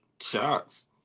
shots